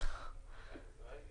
לעסק